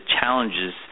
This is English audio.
challenges